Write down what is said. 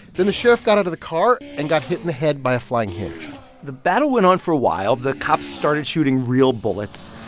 then the sheriff got out of the car and got hit in the head by a flying hinge the battle went on for a while. the cops started shooting real bullets.